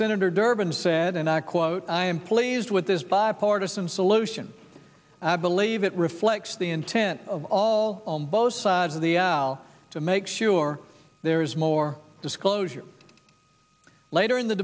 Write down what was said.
senator durbin said and i quote i am pleased with this bipartisan solution i believe it reflects the intent of all on both sides of the aisle to make sure there is more disclosure later in the